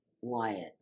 Wyatt